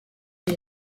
ngo